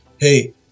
Hey